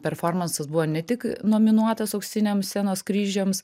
performansas buvo ne tik nominuotas auksiniams scenos kryžiams